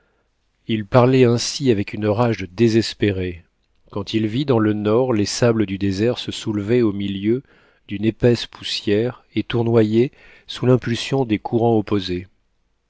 il parlait ainsi avec une rage de désespéré quand il vit dans le nord les sables du désert se soulever au milieu d'une épaisse poussière et tournoyer sous l'impulsion des courants opposés